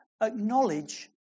Acknowledge